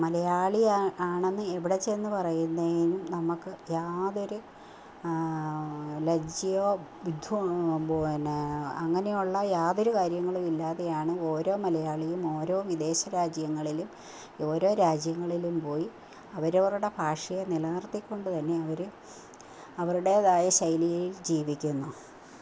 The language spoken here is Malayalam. മലയാളിയാണെന്ന് എവിടെച്ചെന്ന് പറയുന്നതിനും നമുക്ക് യാതൊരു ലജ്ജയൊ വിധ്വോ എന്നാൽ അങ്ങനെയുള്ള യാതൊരു കാര്യങ്ങളുമില്ലാതെയാണ് ഓരോ മലയാളിയും ഓരോ വിദേശരാജ്യങ്ങളിലും ഓരോ രാജ്യങ്ങളിലും പോയി അവരോരുടെ ഭാഷയെ നിലനിർത്തിക്കൊണ്ടു തന്നെ അവർ അവരുടേതായ ശൈലിയിൽ ജീവിക്കുന്നു